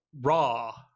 Raw